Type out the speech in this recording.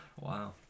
Wow